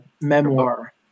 memoir